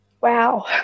wow